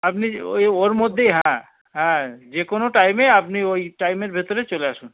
আপনি ওই ওর মধ্যেই হ্যাঁ হ্যাঁ যে কোনো টাইমে আপনি ওই টাইমের ভেতরে চলে আসুন